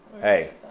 Hey